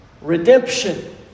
Redemption